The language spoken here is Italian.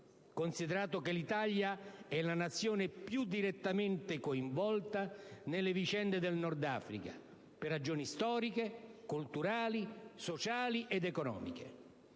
considerato che l'Italia è la Nazione più direttamente coinvolta nelle vicende del Nord Africa, per ragioni storiche, culturali, sociali ed economiche.